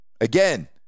again